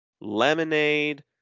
lemonade